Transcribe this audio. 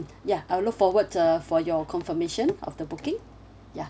ya I will look forward uh for your confirmation of the booking ya